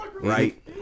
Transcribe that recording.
right